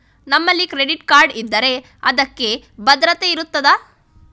ನಮ್ಮಲ್ಲಿ credit card ಇದ್ದರೆ ಅದಕ್ಕೆ ಭದ್ರತೆ ಇರುತ್ತದಾ?